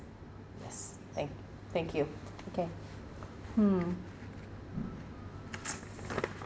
yes thank thank you okay mm